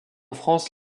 france